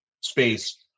space